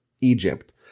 Egypt